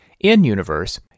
In-universe